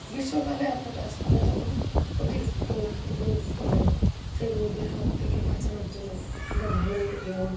গ্রীষ্মকালে আমরা গাছপালা যখন অতিরিক্ত রোদ পড়ে সেই রোদের হাত থেকে বাঁচানোর জন্যে আমরা ভোরে এবং